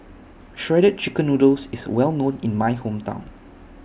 Shredded Chicken Noodles IS Well known in My Hometown